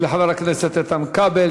תודה לחבר הכנסת איתן כבל.